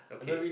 okay